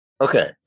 Okay